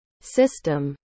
system